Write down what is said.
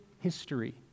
history